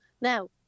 Now